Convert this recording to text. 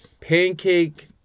Pancake